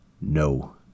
No